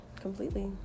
completely